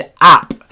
app